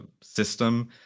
system